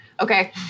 Okay